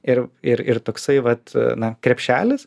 ir ir ir toksai vat na krepšelis